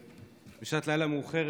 בשעת לילה מאוחרת,